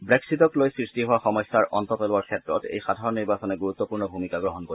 ব্ৰেক্সিটক লৈ সৃষ্টি হোৱা সমস্যাৰ অন্ত পেলোৱাৰ ক্ষেত্ৰত এই সাধাৰণ নিৰ্বাচনে গুৰুত্বপূৰ্ণ ভূমিকা গ্ৰহণ কৰিব